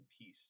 peace